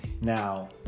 now